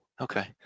Okay